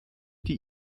die